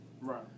Right